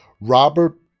Robert